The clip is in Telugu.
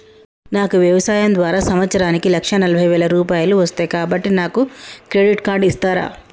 నాకు వ్యవసాయం ద్వారా సంవత్సరానికి లక్ష నలభై వేల రూపాయలు వస్తయ్, కాబట్టి నాకు క్రెడిట్ కార్డ్ ఇస్తరా?